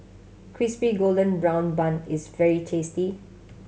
Crispy Golden Brown Bun is very tasty